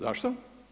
Zašto?